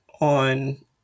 on